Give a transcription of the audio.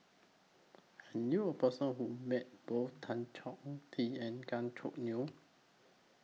I knew A Person Who Met Both Tan Chong Tee and Gan Choo Neo